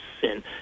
sin